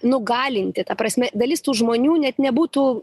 nugalinti ta prasme dalis tų žmonių net nebūtų